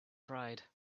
tried